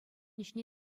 ӗҫне